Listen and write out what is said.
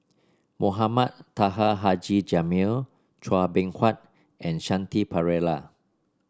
Mohamed Taha Haji Jamil Chua Beng Huat and Shanti Pereira